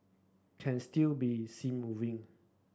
can still be seen moving